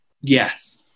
yes